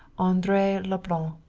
andree leblanc.